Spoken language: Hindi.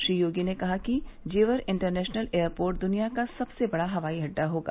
श्री योगी ने कहा कि जेवर इंटरनेशनल एयरपोर्ट द्निया का सबसे बड़ा हवाई अड़डा होगा